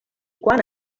quan